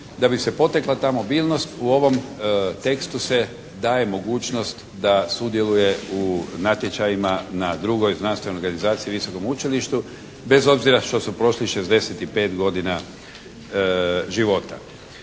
Da bi se potakla ta mobilnost u ovom tekstu se daje mogućnost da sudjeluje u natječajima na drugoj znanstvenoj organizaciji i visokom učilištu bez obzira što su prošli 65 godina života.